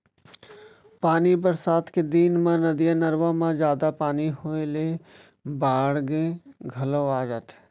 पानी बरसात के दिन म नदिया, नरूवा म जादा पानी होए ले बाड़गे घलौ आ जाथे